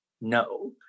no